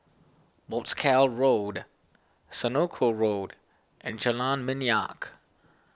Wolskel Road Senoko Road and Jalan Minyak